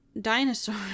dinosaur